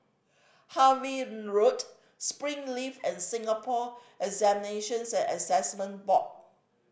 Harvey Road Springleaf and Singapore Examinations and Assessment Board